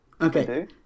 Okay